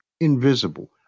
invisible